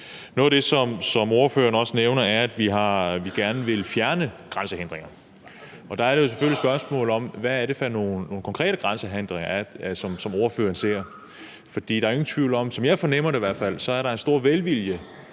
Noget af det, som ordføreren nævner, er, at vi gerne vil fjerne grænsehindringer. Der er det jo selvfølgelig et spørgsmål om, hvad det er for nogle konkrete grænsehindringer, som ordføreren ser. For der er ingen tvivl om – som jeg fornemmer det i hvert fald – at der er en stor velvilje,